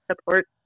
support